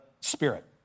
Spirit